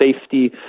safety